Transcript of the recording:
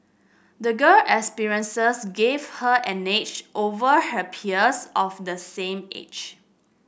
the girl experiences gave her an edge over her peers of the same age